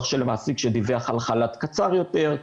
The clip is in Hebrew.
של מעסיק שדיווח על חל"ת קצר יותר,